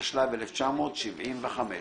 התשל"ו-1975.